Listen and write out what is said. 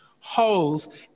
Holes